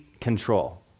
control